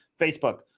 Facebook